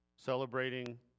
celebrating